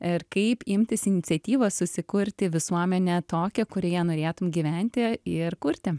ir kaip imtis iniciatyvos susikurti visuomenę tokią kurioje norėtum gyventi ir kurti